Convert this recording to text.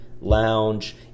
lounge